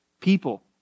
people